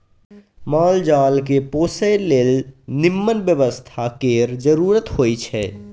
माल जाल केँ पोसय लेल निम्मन बेवस्था केर जरुरत होई छै